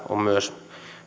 on myös